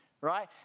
right